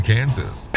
Kansas